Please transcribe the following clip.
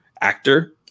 actor